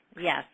Yes